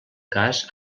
cas